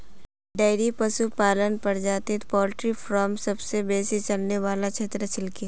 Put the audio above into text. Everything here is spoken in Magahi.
डेयरी पशुपालन प्रजातित पोल्ट्री फॉर्म सबसे बेसी चलने वाला क्षेत्र छिके